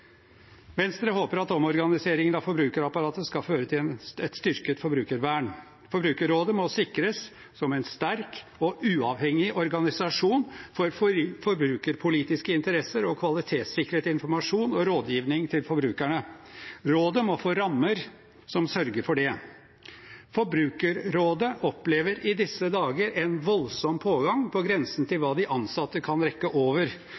Venstre håper at omorganiseringen av forbrukerapparatet skal føre til et styrket forbrukervern. Forbrukerrådet må sikres som en sterk og uavhengig organisasjon for forbrukerpolitiske interesser og kvalitetssikret informasjon og rådgivning til forbrukerne. Rådet må få rammer som sørger for det. Forbrukerrådet opplever i disse dager en voldsom pågang, på grensen til hva de ansatte kan rekke over.